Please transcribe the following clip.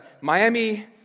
Miami